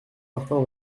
martin